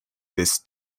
des